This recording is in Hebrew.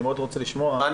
אני מאוד רוצה לשמוע אותם.